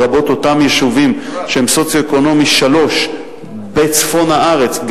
לרבות אותם יישובים שהם סוציו-אקונומי 3 בצפון הארץ,